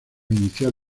iniciar